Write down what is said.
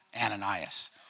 Ananias